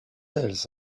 else